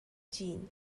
jeanne